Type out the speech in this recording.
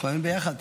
חיים ביחד.